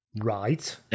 Right